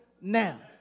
now